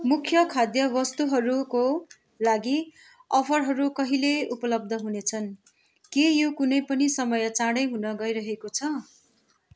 मुख्य खाद्य वस्तुहरूको लागि अफरहरू कहिले उपलब्ध हुनेछन् के यो कुनै पनि समय चाँडै हुन गइरहेको छ